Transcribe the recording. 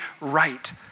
right